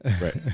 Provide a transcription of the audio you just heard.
right